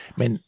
men